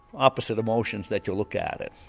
opposite emotions that you look at it.